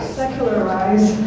secularize